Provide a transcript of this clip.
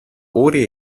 ore